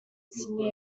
sydney